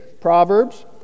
Proverbs